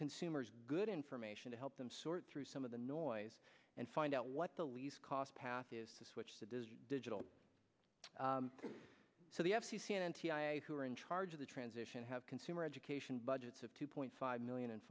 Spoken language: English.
consumers good information to help them sort through some of the noise and find out what the least cost path is to switch the digital so the f c c and who are in charge of the transition have consumer education budgets of two point five million and